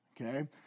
okay